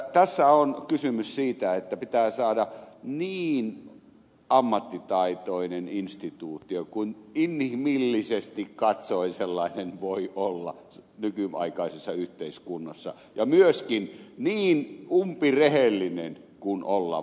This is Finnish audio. tässä on kysymys siitä että pitää saada niin ammattitaitoinen instituutio kuin inhimillisesti katsoen sellainen voi olla nykyaikaisessa yhteiskunnassa ja myöskin niin umpirehellinen kuin olla voi